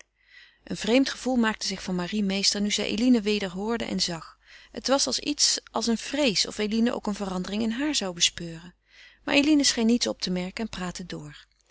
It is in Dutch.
een vreemd gevoel maakte zich van marie meester nu zij eline weder hoorde en zag het was iets als een vrees of eline ook eene verandering in haar zou bespeuren maar eline scheen niets op te merken en praatte door